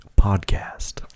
Podcast